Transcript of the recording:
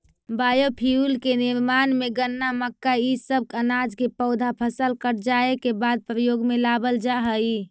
biofuel के निर्माण में गन्ना, मक्का इ सब अनाज के पौधा फसल कट जाए के बाद प्रयोग में लावल जा हई